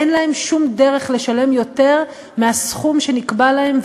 אין להם שום דרך לשלם יותר מהסכום שנקבע להם,